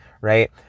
right